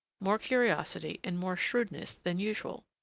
more curiosity, and more shrewdness than usual.